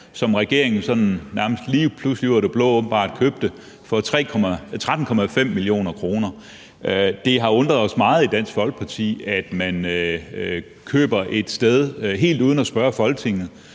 som regeringen sådan nærmest lige pludselig ud af det blå åbenbart købte for 13,5 mio. kr. Det har undret os meget i Dansk Folkeparti, at man køber et sted helt uden at spørge Folketinget,